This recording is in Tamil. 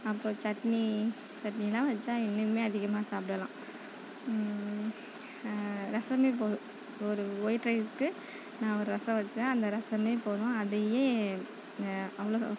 அப்போ சட்னி சட்னிலாம் வச்சால் இன்னும் அதிகமாக சாப்பிடலாம் ரசமே போதும் ஒரு வொயிட் ரைஸ்க்கு நான் ஒரு ரசம் வச்சால் அந்த ரசமே போதும் அதையே அவ்வளோ